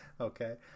okay